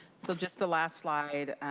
so just the last slide